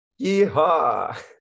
Yeehaw